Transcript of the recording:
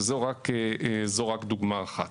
וזו רק דוגמה אחת.